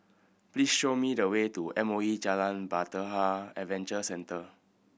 please show me the way to M O E Jalan Bahtera Adventure Centre